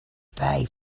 pay